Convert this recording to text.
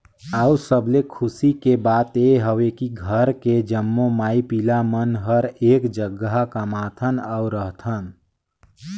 अउ सबले खुसी के बात ये हवे की घर के जम्मो माई पिला मन हर एक जघा कमाथन अउ रहथन